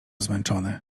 zmęczony